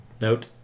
Note